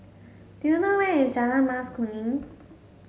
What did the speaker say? do you know where is Jalan Mas Kuning